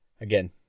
again